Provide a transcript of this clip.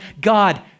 God